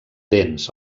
dents